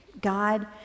God